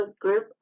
group